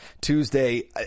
Tuesday